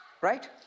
right